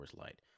Light